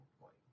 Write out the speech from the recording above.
point